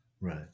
Right